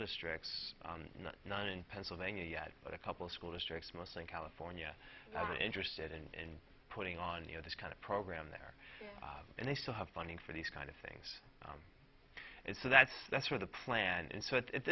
districts not in pennsylvania yet but a couple of school districts mostly in california that are interested in putting on you know this kind of program there and they still have funding for these kind of things and so that's that's where the plan and so it